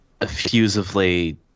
effusively